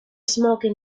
smoking